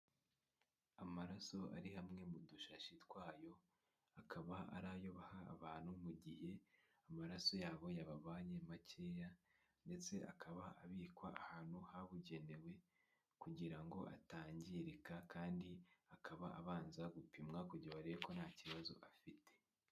Amaraso ari hamwe mu dushashi twayo, akaba ari ayo baha abantu mu gihe amaraso yabo yababanye makeya, ndetse akaba abikwa ahantu habugenewe, kugira ngo atangirika, kandi akaba abanza gupimwa kugira barebe ko nta kibazo afite.